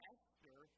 Esther